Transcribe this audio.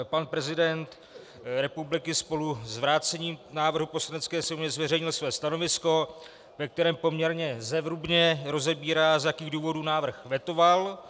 Pan prezident republiky spolu s vrácením návrhu Poslanecké sněmovně zveřejnil své stanovisko, ve kterém poměrně zevrubně rozebírá, z jakých důvodů návrh vetoval.